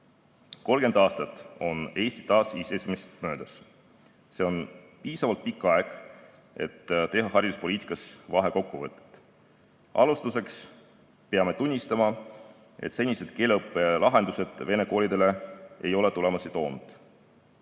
30 aastat on Eesti taasiseseisvumisest möödas. See on piisavalt pikk aeg, et teha hariduspoliitikas vahekokkuvõtet. Alustuseks peame tunnistama, et senised keeleõppe lahendused vene koolidele ei ole tulemusi toonud.